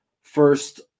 first